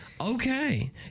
Okay